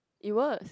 it works